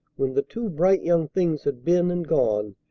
when the two bright young things had been and gone,